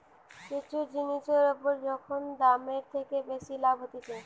কিছু জিনিসের উপর যখন দামের থেকে বেশি লাভ হতিছে